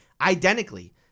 identically